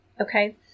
Okay